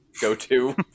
go-to